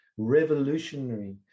revolutionary